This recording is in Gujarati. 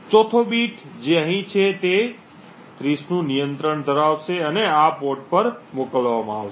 ચોથો બીટ જે અહીં છે તે 30 નું નિયંત્રણ ધરાવશે અને આ પોર્ટ પર મોકલવામાં આવશે